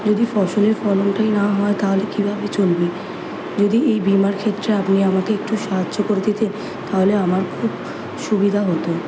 যদি ফসলের ফলনটাই না হয় তাহলে কীভাবে চলবে যদি এই বিমার ক্ষেত্রে আপনি আমাকে একটু সাহায্য করে দিতেন তাহলে আমার খুব সুবিধা হতো